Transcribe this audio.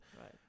right